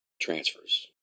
transfers